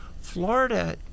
Florida